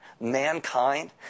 Mankind